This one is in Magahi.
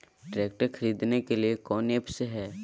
ट्रैक्टर खरीदने के लिए कौन ऐप्स हाय?